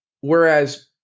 Whereas